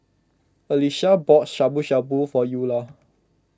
Alesha bought Shabu Shabu for Eulah